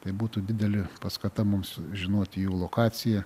tai būtų didelė paskata mums žinoti jų lokaciją